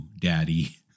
Daddy